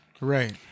Right